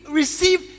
receive